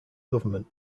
government